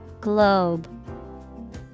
Globe